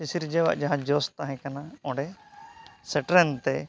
ᱥᱤᱥᱤᱨᱡᱟᱹᱣᱟᱜᱼᱟ ᱡᱟᱦᱟᱸ ᱡᱚᱥ ᱛᱟᱦᱮᱸ ᱠᱟᱱᱟ ᱚᱸᱰᱮ ᱥᱮᱴᱮᱨᱮᱱᱛᱮ